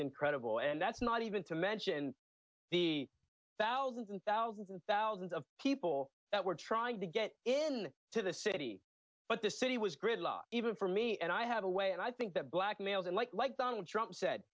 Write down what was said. incredible and that's not even to mention the thousands and thousands and thousands of people that were trying to get in to the city but the city was gridlock even for me and i have a way and i think that black males unlike like donald trump said